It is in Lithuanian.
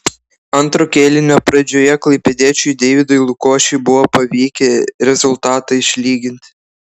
antro kėlinio pradžioje klaipėdiečiui deividui lukošiui buvo pavykę rezultatą išlyginti